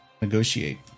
negotiate